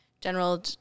general